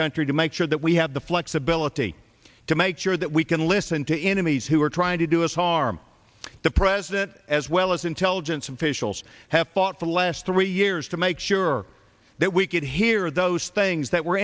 country to make sure that we have the flexibility to make sure that we can listen to enemies who are trying to do us harm the president as well as intelligence officials have fought for the last three years to make sure that we could hear those things that were